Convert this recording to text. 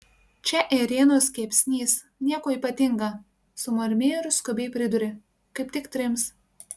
čia ėrienos kepsnys nieko ypatinga sumurmėjo ir skubiai pridūrė kaip tik trims